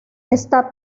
está